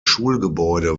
schulgebäude